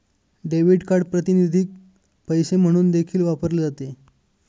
debit card प्रातिनिधिक पैसे म्हणून देखील वापरले जाते